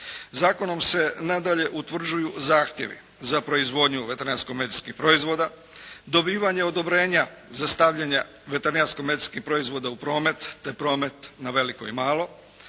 Zakonom se nadalje utvrđuju zahtjevi za proizvodnju veterinarsko-medicinskih proizvoda, dobivanje odobrenja za stavljanja veterinarsko-medicinskih proizvoda u promet, te promet na veliko i malo,